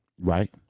Right